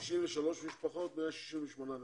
93 משפחות, 168 נפשות,